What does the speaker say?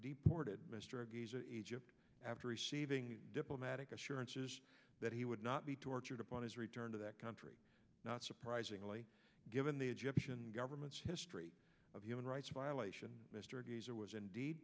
the ported mr again after receiving diplomatic assurances that he would not be tortured upon his return to that country not surprisingly given the egyptian government's history of human rights violations mr gaiser was indeed